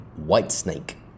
Whitesnake